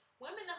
Women